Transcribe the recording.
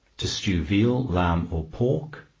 to stew veal, lamb or pork.